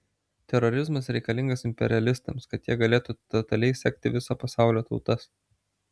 terorizmas reikalingas imperialistams kad jie galėtų totaliai sekti viso pasaulio tautas